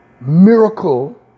miracle